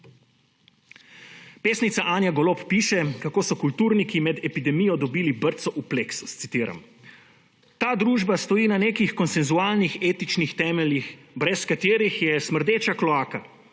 Pesnica Anja Golob piše, kako so kulturniki med epidemijo dobili brco v pleksus, citiram: »Ta družba stoji na nekih konsenzualnih etičnih temeljih, brez katerih je smrdeča kloaka,